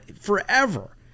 Forever